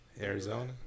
Arizona